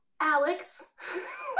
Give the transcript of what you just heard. Alex